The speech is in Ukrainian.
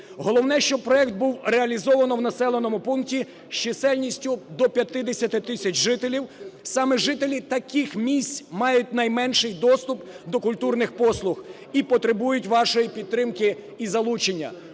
Головне, щоб проект був реалізовано в населеному пункті з чисельністю до 50 тисяч жителів. Саме жителі таких місць мають найменший доступ до культурних послуг і потребують вашої підтримки і залучення,